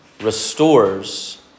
restores